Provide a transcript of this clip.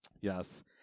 Yes